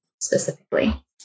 specifically